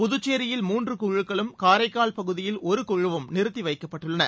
புதுச்சேரியில் மூன்று குழுக்களும் காரைக்கால் பகுதியில் ஒரு குழுவும் நிறுத்தி வைக்கப்பட்டுள்ளன